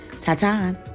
Ta-ta